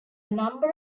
number